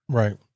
right